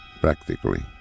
practically